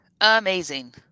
Amazing